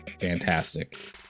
fantastic